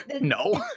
no